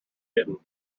hidden